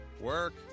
work